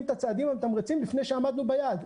את הצעדים המתמרצים עוד לפני שעמדנו ביעד.